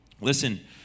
Listen